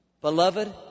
Beloved